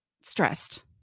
stressed